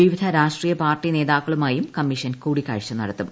വിവിധ രാഷ്ട്രീയ പാർട്ടി നേതാക്കളുമായും കമ്മീഷൻ കൂടിക്കാഴ്ച നട്ടത്തും